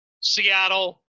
Seattle